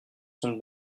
sont